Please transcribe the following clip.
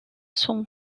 son